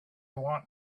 want